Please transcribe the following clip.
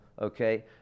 okay